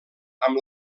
amb